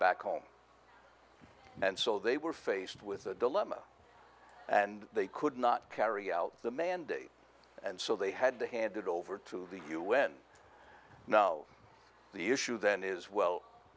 back home and so they were faced with a dilemma and they could not carry out the mandate and so they had to hand it over to the u n now the issue then is well